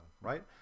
right